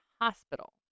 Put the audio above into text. Hospital